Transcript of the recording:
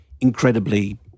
incredibly